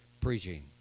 preaching